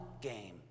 game